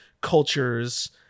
cultures